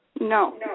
No